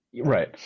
Right